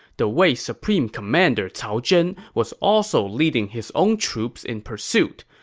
the wei supreme commander cao zhen was also leading his own troops in pursuit.